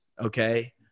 Okay